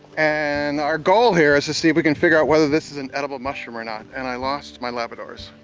and our goal here is to see if we can figure out whether this is an edible mushroom or not. and i lost my labradors.